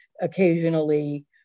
occasionally